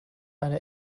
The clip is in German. eine